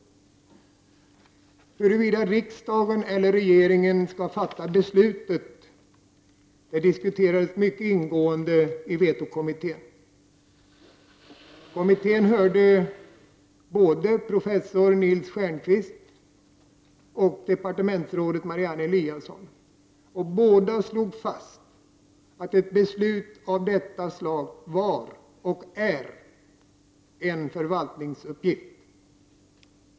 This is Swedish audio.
Huruvida riksdagen eller regeringen skall fatta beslutet diskuterades mycket ingående i vetokommittén. Kommittén hörde både professor Nils Stjernquist och departementsrådet Marianne Eliason. Båda slog fast att ett beslut av detta slag var och är en förvaltningsuppgift.